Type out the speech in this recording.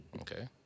Okay